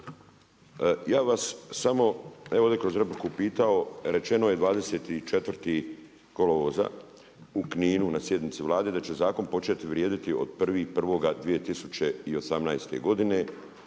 Ja vas samo evo kroz repliku pitao, rečeno je 24. kolovoza u Kninu na sjednici Vlade da će zakon početi vrijediti od 1.1.2018. godine